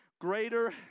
greater